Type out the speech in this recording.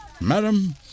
Madam